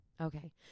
Okay